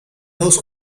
dos